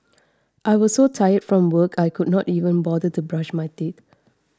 I was so tired from work I could not even bother to brush my teeth